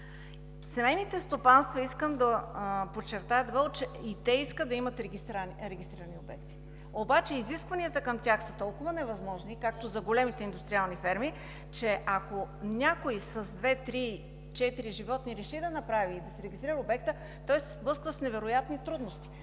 Семейните стопанства, искам да подчертая дебело, че и те искат да имат регистрирани обекти, но изискванията към тях са толкова невъзможни, както за големите индустриални ферми, че ако някой с две, три, четири животни реши да направи и да си регистрира обекта, той се сблъсква с невероятни трудности.